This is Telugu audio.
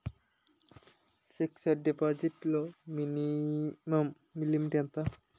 ఫిక్సడ్ డిపాజిట్ లో మినిమం లిమిట్ ఎంత?